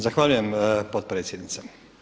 Zahvaljujem potpredsjednice.